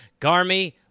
Garmy